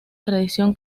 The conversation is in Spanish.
tradición